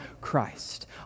Christ